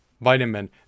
vitamin